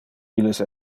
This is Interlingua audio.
illes